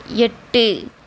எட்டு